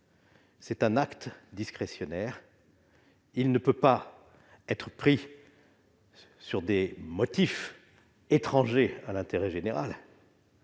est un acte discrétionnaire : il ne peut pas être pris pour des motifs étrangers à l'intérêt général,